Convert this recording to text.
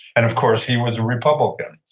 and of course, he was a republican.